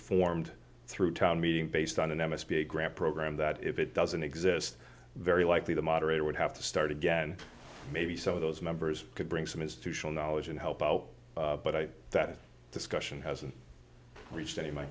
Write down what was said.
formed through town meeting based on an m s p grant program that if it doesn't exist very likely the moderator would have to start again maybe some of those members could bring some institutional knowledge and help out but i that discussion hasn't reached any